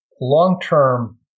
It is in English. long-term